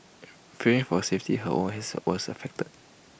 fearing for safety her work has was affect